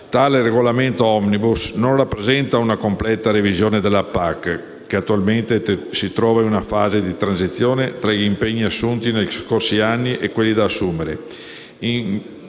tale regolamento *omnibus* non rappresenta una completa revisione della PAC, che attualmente si trova in una fase di transizione tra gli impegni assunti negli scorsi anni e quelli da assumere,